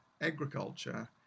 agriculture